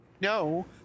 No